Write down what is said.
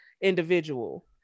individual